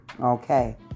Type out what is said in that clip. okay